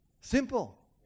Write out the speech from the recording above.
Simple